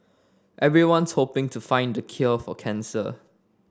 everyone's hoping to find the cure for cancer